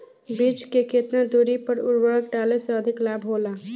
बीज के केतना दूरी पर उर्वरक डाले से अधिक लाभ होला?